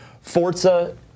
Forza